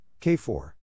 K4